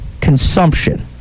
consumption